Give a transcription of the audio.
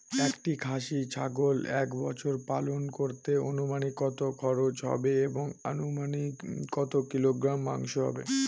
একটি খাসি ছাগল এক বছর পালন করতে অনুমানিক কত খরচ হবে এবং অনুমানিক কত কিলোগ্রাম মাংস হবে?